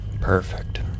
Perfect